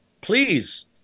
Please